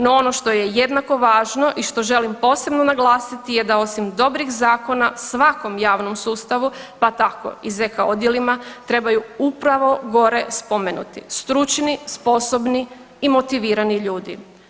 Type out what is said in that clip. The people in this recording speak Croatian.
No, ono što je jednako važno i što želim posebno naglasiti je da osim dobrih zakona svakom javnom sustavu pa tako i ZK odjelima trebaju upravo gore spomenuti stručni, sposobni i motivirani ljudi.